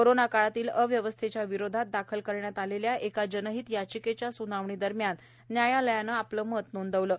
कोरोनाकाळातल्या अव्यवस्थेच्या विरोधात दाखल करण्यात आलेल्या एक जनहित याचिकेच्या स्नावणी दरम्यान न्यायालयानं हे मत नोंदवलं आहे